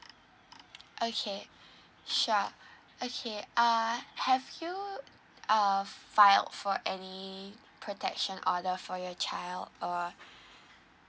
okay sure okay uh have you err filed for any protection order for your child or